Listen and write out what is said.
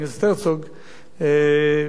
לעיונו.